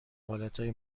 حالتهای